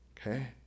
Okay